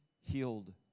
healed